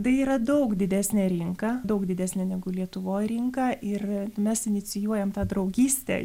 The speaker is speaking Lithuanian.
tai yra daug didesnė rinka daug didesnė negu lietuvoj rinka ir mes inicijuojam tą draugystę